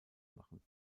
machen